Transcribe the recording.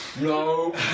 No